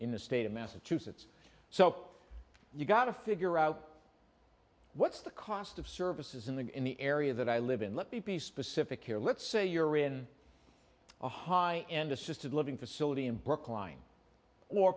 in the state of massachusetts so you've got to figure out what's the cost of services in the in the area that i live in let me be specific here let's say you're in a high end assisted living facility in brookline or